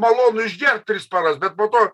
malonu išgert tris paras bet po to